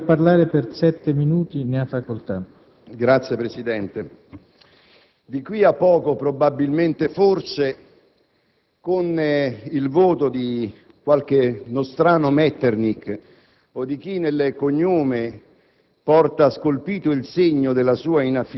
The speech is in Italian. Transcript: Di danni ne ha già fatti abbastanza. Ci lasci, per la prossima volta, un Paese devastato sì, ma non totalmente distrutto.